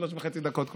כבר שלוש וחצי דקות.